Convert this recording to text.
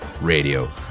Radio